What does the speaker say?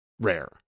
Rare